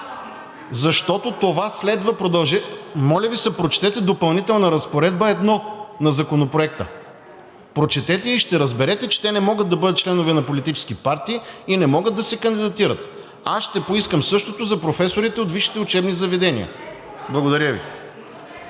Защото това следва. Моля Ви се, прочетете Допълнителна разпоредба № 1 на Законопроекта. Прочетете я и ще разберете, че те не могат да бъдат членове на политически партии и не могат да се кандидатират. Ще поискам същото за професорите от висшите учебни заведения. Благодаря Ви.